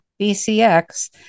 bcx